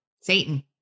Satan